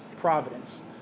providence